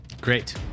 Great